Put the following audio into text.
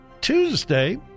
Tuesday